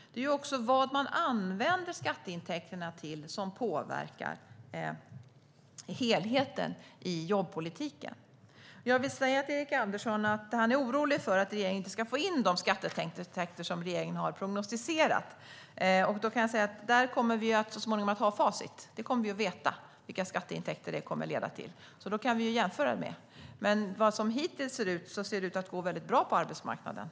Vad man använder skatteintäkterna till påverkar helheten i jobbpolitiken. Erik Andersson är orolig för att regeringen inte ska få in de skatteintäkter som har prognostiserats, men jag vill säga till honom att där kommer vi så småningom att ha facit. Vi kommer att veta vilka skatteintäkter det kommer att leda till, och då kan vi jämföra. Hittills ser det ut att gå väldigt bra på arbetsmarknaden.